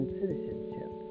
citizenship